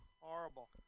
horrible